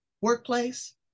workplace